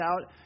out